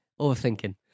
Overthinking